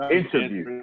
interview